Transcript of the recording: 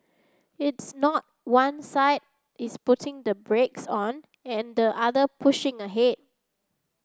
it's not one side is putting the brakes on and the other pushing ahead